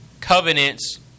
covenants